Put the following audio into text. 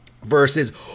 Versus